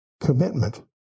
Commitment